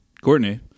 Courtney